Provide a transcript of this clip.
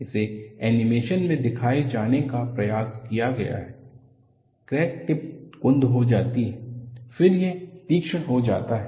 इसे एनीमेशन में दिखाए जाने का प्रयास किया गया है क्रैक टिप कुंद हो जाती है फिर यह तीक्ष्ण हो जाता है